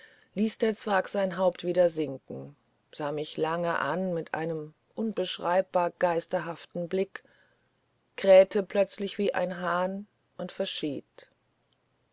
ließ der zwerg sein haupt wieder sinken sah mich lange an mit einem unbeschreibbar geisterhaften blick krähte plötzlich wie ein halm und verschied